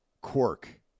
quirk